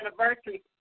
anniversary